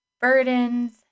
burdens